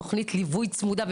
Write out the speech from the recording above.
תכנית ליווי צמודה,